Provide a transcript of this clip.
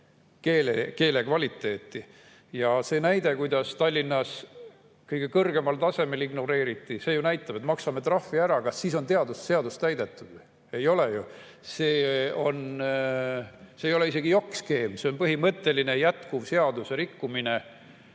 See näide, kuidas Tallinnas kõige kõrgemal tasemel ignoreeriti [keelenõuet], ju näitab, et maksame trahvi ära, aga kas siis on seadust täidetud? Ei ole ju. See ei ole isegi jokk-skeem, see on põhimõtteline jätkuv seaduserikkumine.